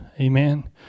Amen